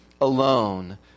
alone